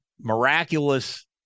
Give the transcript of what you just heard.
miraculous